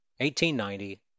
1890